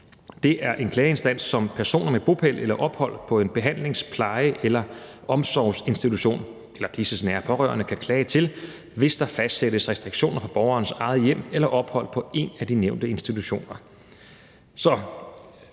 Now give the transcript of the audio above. Det er en klageinstans, som personer med bopæl eller ophold på en behandlings-, pleje- eller omsorgsinstitution eller disses nære pårørende kan klage til, hvis der fastsættes restriktioner i borgerens eget hjem eller ophold på en af de nævnte institutioner.